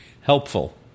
helpful